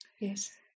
Yes